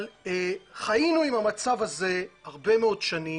אבל חיינו עם המצב הזה הרבה מאוד שנים,